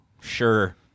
Sure